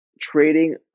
trading